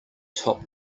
top